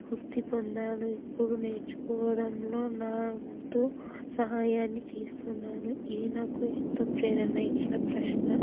స్ఫూర్తి పొందాను ఇప్పుడు నేర్చుకోవడంలో నాతో సహాయాన్ని చేస్తున్నాను ఇది నాకు ఎంతో ప్రేరణ ఇచ్చిన ప్రశ్న